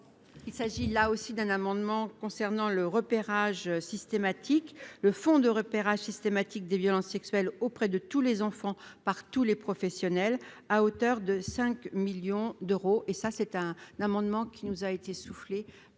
Il s'agit là aussi d'un amendement concernant le repérage systématique le fond de repérage systématique des violences sexuelles auprès de tous les enfants, par tous les professionnels à hauteur de 5 millions d'euros, et ça c'est un amendement qui nous a été soufflée